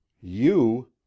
You